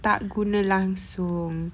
tak guna langsung